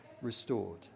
restored